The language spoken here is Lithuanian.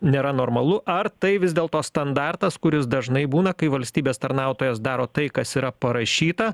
nėra normalu ar tai vis dėlto standartas kuris dažnai būna kai valstybės tarnautojas daro tai kas yra parašyta